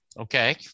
Okay